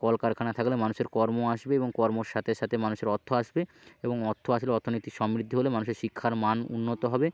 কলকারখানা থাকলে মানুষের কর্ম আসবে এবং কর্মর সাথে সাথে মানুষের অর্থ আসবে এবং অর্থ আসলে অর্থনীতি সমৃদ্ধি হলে মানুষের শিক্ষার মান উন্নত হবে